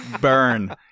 Burn